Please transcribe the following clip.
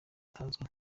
utazwi